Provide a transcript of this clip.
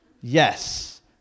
Yes